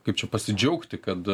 kaip čia pasidžiaugti kad